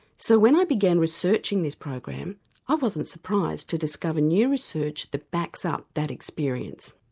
so when i began researching this program i wasn't surprised to discover new research that backs up that experience.